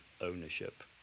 ownership